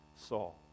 Saul